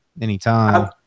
anytime